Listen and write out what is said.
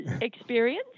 experience